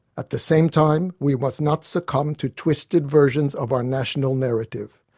at the same time, we must not succumb to twisted versions of our national narrative.